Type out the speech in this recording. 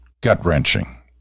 gut-wrenching